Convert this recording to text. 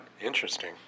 Interesting